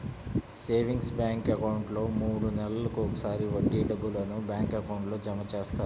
savings bank అకౌంట్లో మూడు నెలలకు ఒకసారి వడ్డీ డబ్బులను బ్యాంక్ అకౌంట్లో జమ చేస్తారు